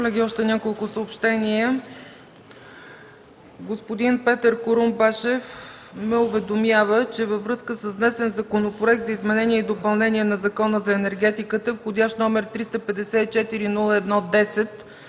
ЦАЧЕВА: Колеги, още няколко съобщения. Господин Петър Курумбашев ме уведомява, че във връзка с внесен Законопроект за изменение и допълнение на Закона за енергетиката, вх. № 354-01-10,